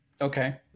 Okay